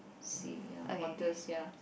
sea ya waters ya